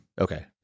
Okay